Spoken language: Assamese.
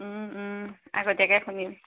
ও ও আগতীয়াকে খুন্দিম